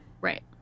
Right